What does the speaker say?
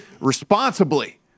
Responsibly